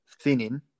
Thinning